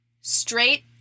straight